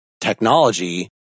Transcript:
technology